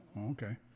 okay